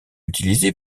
utilisé